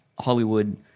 Hollywood